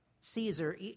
Caesar